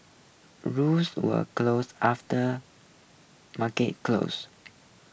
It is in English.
rules were grows after market close